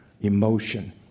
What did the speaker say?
emotion